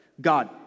God